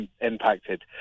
impacted